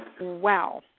Wow